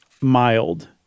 mild